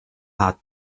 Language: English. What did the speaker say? had